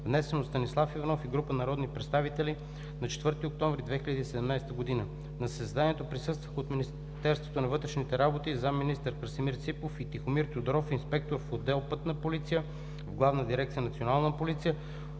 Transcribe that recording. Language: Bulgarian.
внесен от Станислав Иванов и група народни представители на 4 октомври 2017 г. На заседанието присъстваха: от Министерството на вътрешните работи – зам.-министър Красимир Ципов, и Тихомир Тодоров – инспектор в отдел „Пътна полиция“ в Главна дирекция „Национална полиция“;